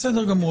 בסדר גמור.